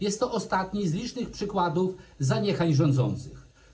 Jest to ostatni z licznych przykładów zaniechań rządzących.